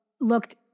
looked